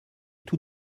tout